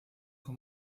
con